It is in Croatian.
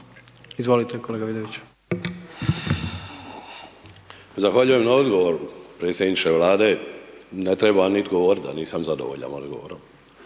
**Vidović, Franko (SDP)** Zahvaljujem na odgovoru predsjedniče Vlade. Ne trebam niti govoriti da nisam zadovoljan odgovorom.